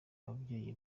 ababyeyi